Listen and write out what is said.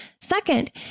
Second